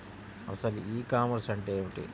అసలు ఈ కామర్స్ అంటే ఏమిటి?